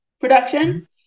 production